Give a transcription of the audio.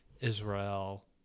Israel